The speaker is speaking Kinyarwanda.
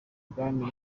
ibwami